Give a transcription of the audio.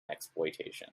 exploitation